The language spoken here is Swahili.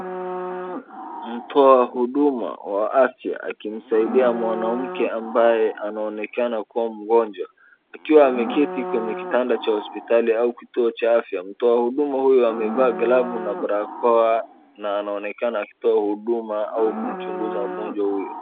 Mtoa huduma wa afya akimsaidia mwanamke ambaye anaonekana kuwa mgonjwa akiwa ameketi kwenye kitanda cha hospitali au kituo cha afya. Mtoa huduma huyu amevaa glavu na barakoa na anaonekana akitoa huduma au kumchunguza mgonjwa huyu.